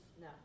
No